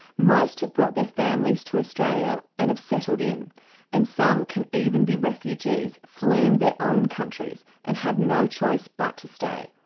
most have brought their families to australia and have settled in and some can even be refugees fleeing their own countries and have no choice but to stay.